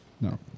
No